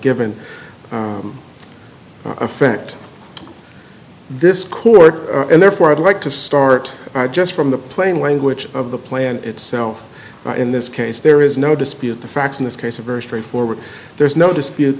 given affect this court and therefore i'd like to start just from the plain language of the plan itself in this case there is no dispute the facts in this case a version of forward there's no dispute